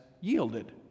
yielded